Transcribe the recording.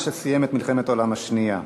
מה שסיים את מלחמת העולם השנייה.